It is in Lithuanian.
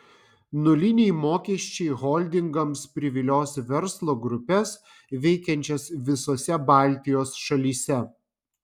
nuliniai mokesčiai holdingams privilios verslo grupes veikiančias visose baltijos šalyse